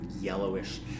yellowish